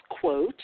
quote